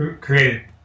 created